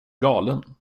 galen